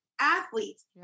athletes